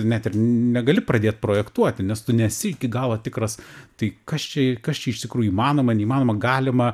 net ir negali pradėt projektuoti nes tu nesi iki galo tikras tai kas čia kas čia iš tikrųjų įmanoma neįmanoma galima